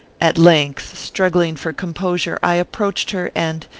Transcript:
at length, struggling for composure, i approached her, and,